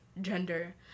gender